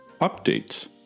updates